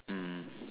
mm